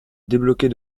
débloquer